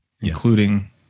including